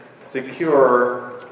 secure